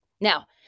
Now